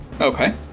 okay